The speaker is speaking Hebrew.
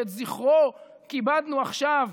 שאת זכרו כיבדנו עכשיו,